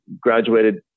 graduated